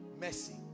Mercy